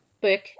book